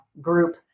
group